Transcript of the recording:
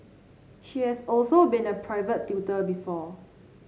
she has also been a private tutor before